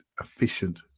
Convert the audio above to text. efficient